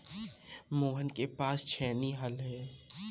मोहन के पास छेनी हल है